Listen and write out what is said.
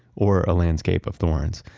or a landscape of thorns.